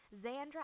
Zandra